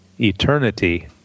Eternity